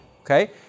okay